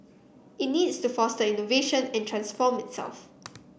it needs to foster innovation and transform itself